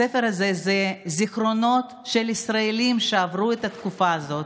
הספר הזה זה זיכרונות של ישראלים שעברו את התקופה הזאת.